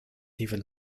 even